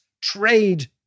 trade